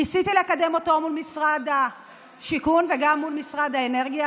ניסיתי לקדם אותו מול משרד השיכון וגם מול משרד האנרגיה.